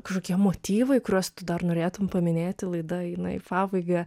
kažkokie motyvai kuriuos tu dar norėtum paminėti laida eina į pabaigą